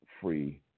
free